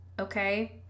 Okay